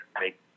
make